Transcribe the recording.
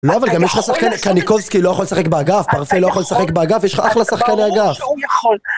לא, אבל גם יש לך שחקן.. קניקובסקי לא יכול לשחק באגף? פרפה לא יכול לשחק באגף? יש לך אחלה שחקני אגף. ברור שהוא יכול.